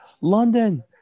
London